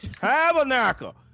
Tabernacle